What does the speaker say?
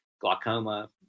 Glaucoma